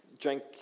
drink